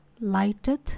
Lighteth